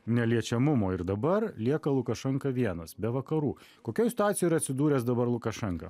neliečiamumo ir dabar lieka lukašenka vienas be vakarų kokioj situacijoj yra atsidūręs dabar lukašenka